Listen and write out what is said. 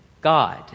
God